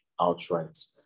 outright